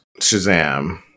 Shazam